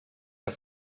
der